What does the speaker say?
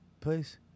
Please